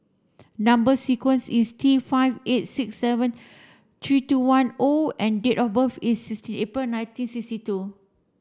number sequence is T five eight six seven three two one O and date of birth is sixty April nineteen sixty two